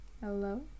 Hello